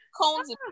Cones